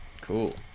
Cool